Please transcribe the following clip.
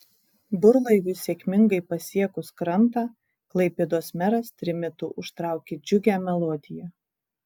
burlaiviui sėkmingai pasiekus krantą klaipėdos meras trimitu užtraukė džiugią melodiją